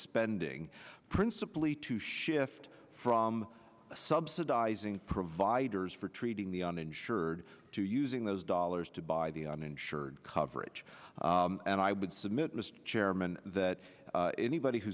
spending principally to shift from subsidizing providers for treating the uninsured to using those dollars to buy the uninsured coverage and i would submit mr chairman that anybody who